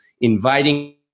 inviting